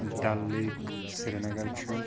Dal lake Srinagar چھُ